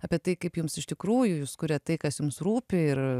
apie tai kaip jums iš tikrųjų jūs kuriat tai kas jums rūpi ir